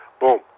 Boom